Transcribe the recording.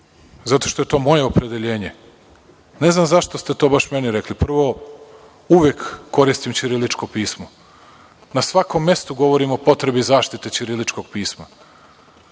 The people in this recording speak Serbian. zato što je to moje opredeljenje, ne znam zašto ste baš to meni rekli. Prvo, uvek koristim ćiriličko pismo. Na svakom mestu govorim o potrebi zaštite ćiriličkog pisma,